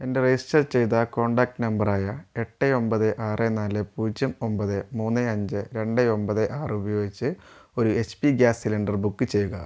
എൻ്റെ രജിസ്റ്റർ ചെയ്ത contact number ആയ എട്ട് ഒമ്പത് ആറ് നാല് പൂജ്യം ഒമ്പത് മൂന്ന് അഞ്ച് രണ്ട് ഒമ്പത് ആറ് ഉപയോഗിച്ച് ഒരു H P gas cylinder book ചെയ്യുക